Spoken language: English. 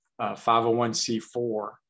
501C4